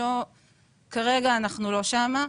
כרגע אנחנו לא שם.